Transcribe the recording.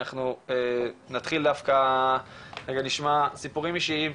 אנחנו נתחיל דווקא נשמע סיפורים אישיים,